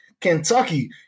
Kentucky –